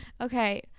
Okay